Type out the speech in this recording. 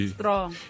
strong